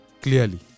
Clearly